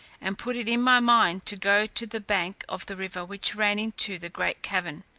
and put it in my mind to go to the bank of the river which ran into the great cavern.